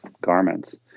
garments